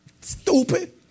stupid